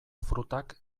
frutak